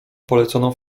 polecono